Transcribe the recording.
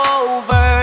over